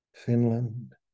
Finland